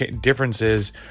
differences